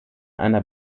einer